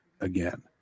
again